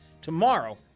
tomorrow